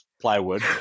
plywood